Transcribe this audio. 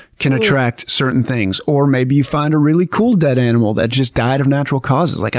can attract certain things, or maybe you find a really cool dead animal that just died of natural causes. like